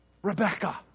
Rebecca